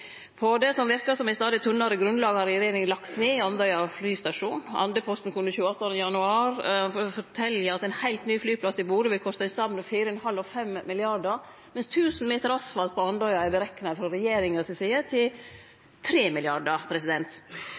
På det som verkar som eit stadig tunnare grunnlag, har regjeringa lagt ned Andøya flystasjon. Andøyposten kunne 28. januar fortelje at ein heilt ny flyplass i Bodø vil koste ein stad mellom 4,5 og 5 mrd. kr, mens 1 000 meter asfalt på Andøya er berekna frå regjeringa si side til